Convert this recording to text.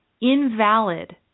invalid